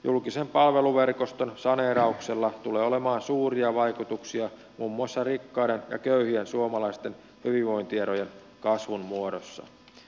julkisen palveluverkoston saneerauksella tulee olemaan suuria vaikutuksia muun muassa rikkaiden ja köyhien suomalaisten hyvinvointierojen kasvun muodossa